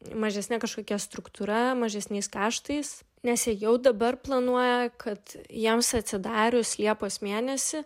mažesne kažkokia struktūra mažesniais kaštais nes jie jau dabar planuoja kad jiems atsidarius liepos mėnesį